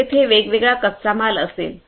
तर येथे वेगवेगळा कच्चामाल असेल